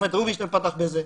השופט רובינשטיין פתח בזה,